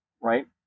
right